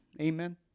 Amen